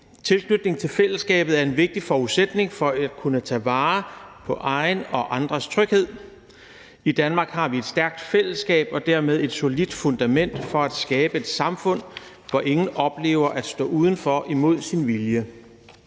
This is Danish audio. Tilknytning til fællesskabet er en vigtig forudsætning for at kunne tage vare på egen og andres tryghed. I Danmark har vi et stærkt fællesskab og dermed et solidt fundament for at skabe et samfund, hvor ingen oplever at stå udenfor imod sin vilje.